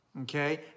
Okay